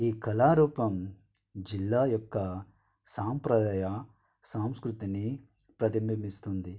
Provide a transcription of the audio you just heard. ఈ కళారూపం జిల్లా యొక్క సాంప్రదాయ సాంస్కృతిని ప్రతిబింబిస్తుంది